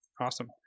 Awesome